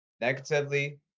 negatively